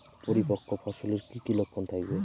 পরিপক্ক ফসলের কি কি লক্ষণ থাকবে?